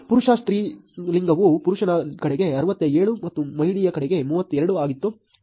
ಪುರುಷ ಮತ್ತು ಸ್ತ್ರೀ ಲಿಂಗವು ಪುರುಷನ ಕಡೆಗೆ 67 ಮತ್ತು ಮಹಿಳೆಯ ಕಡೆಗೆ 32 ಆಗಿತ್ತು